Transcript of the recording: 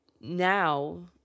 now